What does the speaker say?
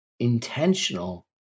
Intentional